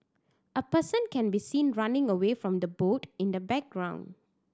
a person can be seen running away from the boat in the background